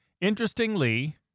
Interestingly